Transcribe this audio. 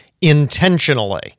intentionally